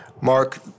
Mark